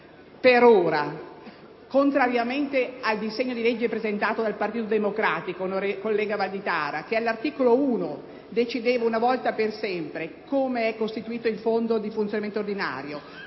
per ora, contrariamente al disegno di legge presentato dal Partito Democratico, collega Valditara (che all’articolo 1 decideva una volta per sempre come ecostituito il fondo di funzionamento ordinario,